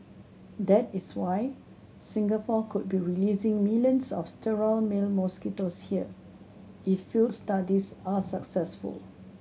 that is why Singapore could be releasing millions of sterile male mosquitoes here if field studies are successful